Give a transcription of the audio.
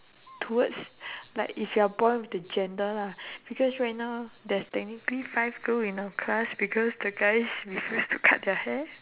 towards like if you're born with the gender lah because right now there's technically five girl in our class because the guys refuse to cut their hair